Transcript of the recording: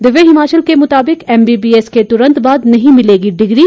दिव्य हिमाचल के मुताबिक एमबीबीएस के तुरंत बाद नहीं मिलेगी डिग्री